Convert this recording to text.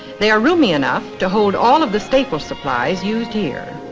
they are roomy enough to hold all of the staple supplies used here.